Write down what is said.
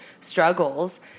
struggles